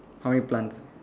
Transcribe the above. how many plants